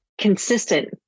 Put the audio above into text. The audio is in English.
consistent